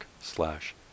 slash